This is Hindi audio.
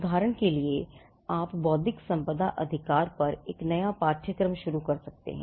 उदाहरण के लिए आप बौद्धिक संपदा अधिकार पर एक नया पाठ्यक्रम शुरू कर सकते हैं